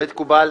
מקובל.